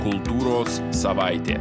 kultūros savaitė